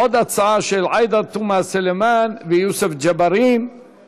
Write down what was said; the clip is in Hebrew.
עוד הצעה של עאידה תומא סלימאן ויוסף ג'בארין,